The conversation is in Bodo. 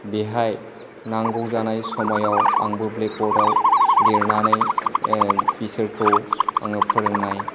बेहाय नांगौ जानाय समायाव आंबो ब्लेक बर्डआव लिरनानै बिसोरखौ आङो फोरोंनाय